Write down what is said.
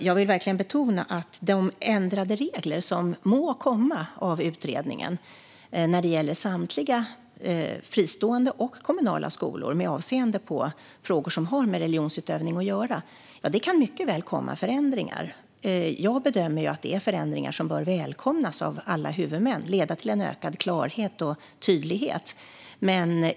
Jag vill verkligen betona att det av utredningen mycket väl kan komma förändringar i reglerna med avseende på frågor som har med religionsutövning att göra när det gäller samtliga fristående och kommunala skolor. Jag bedömer att det är förändringar som bör välkomnas av alla huvudmän och som kommer att leda till en ökad klarhet och tydlighet.